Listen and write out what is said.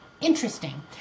Interesting